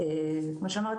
כן,